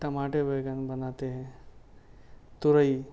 ٹماٹر بیگن بناتے ہیں ترئی